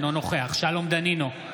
אינו נוכח שלום דנינו,